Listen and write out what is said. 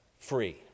free